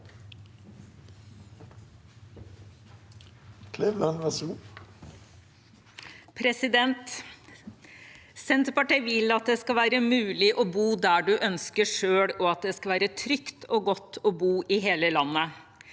Senterpartiet vil at det skal være mulig å bo der en ønsker selv, og at det skal være trygt og godt å bo i hele landet.